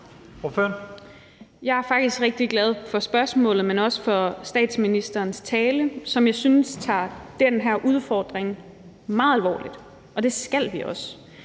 Jeg er faktisk rigtig glad for spørgsmålet, men også for statsministerens tale, hvor jeg synes at hun tager den her udfordring meget alvorligt, og det skal vi også.